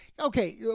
Okay